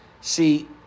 see